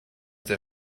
der